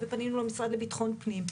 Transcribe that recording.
הביטחון, ופנינו למשרד לביטחון הפנים.